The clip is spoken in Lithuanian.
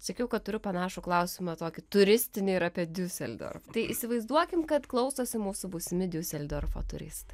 sakiau kad turiu panašų klausimą tokį turistinį ir apie diuseldorf tai įsivaizduokim kad klausosi mūsų būsimi diuseldorfo turistai